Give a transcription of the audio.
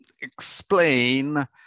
explain